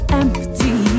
empty